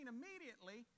Immediately